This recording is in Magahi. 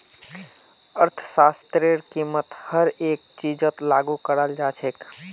अर्थशास्त्रतेर कीमत हर एक चीजत लागू कराल जा छेक